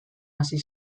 hasi